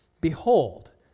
Behold